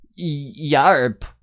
Yarp